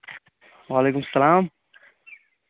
وعلیکُم اَسلام